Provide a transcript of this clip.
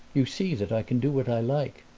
you see that i can do what i like!